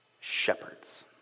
Shepherds